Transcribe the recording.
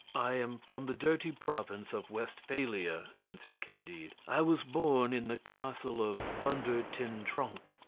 i am from the dirty province of westphalia, answered candide i was born in the castle of thunder-ten-tronckh.